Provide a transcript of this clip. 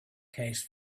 case